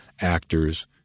actors